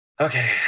Okay